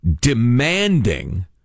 demanding